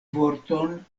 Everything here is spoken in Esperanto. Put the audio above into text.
vorton